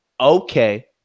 Okay